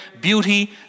beauty